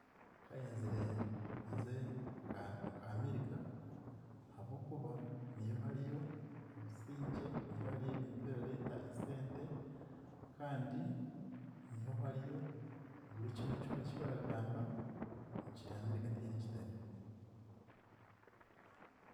Nkayenzire nze nka- nka America ahabw'okuba niyo hariyo obusingye, niho hariyo ebintu birareeta esente kandi niho hariyo buri kimwe kyona eki baragamba kiri America tihaine ekitariyo.